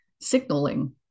signaling